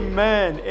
Amen